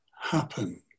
happen